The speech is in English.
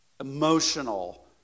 emotional